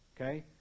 okay